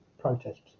protests